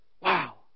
wow